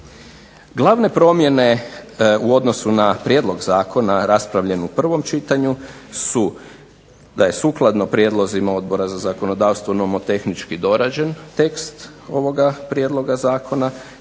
Glavne promjene u odnosu na prijedlog zakona raspravljen u prvom čitanju su da je sukladno prijedlozima Odbora za zakonodavstvo nomotehnički dorađen tekst ovoga prijedloga zakona,